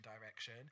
direction